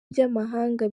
by’amahanga